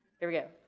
here we go,